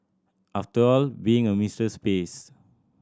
after all being a mistress pays